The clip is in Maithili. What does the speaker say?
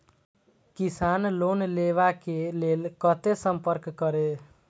किसान लोन लेवा के लेल कते संपर्क करें?